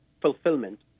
fulfillment